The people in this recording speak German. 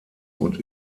und